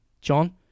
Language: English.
John